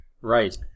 Right